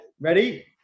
Ready